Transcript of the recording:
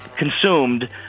Consumed